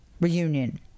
reunion